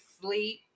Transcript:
sleep